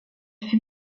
fut